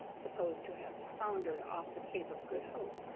supposed to have foundered off the cape of good hope,